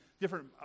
different